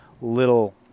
little